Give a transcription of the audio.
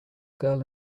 girl